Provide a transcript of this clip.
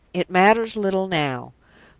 it matters little now.